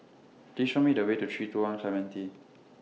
Please Show Me The Way to three two one Clementi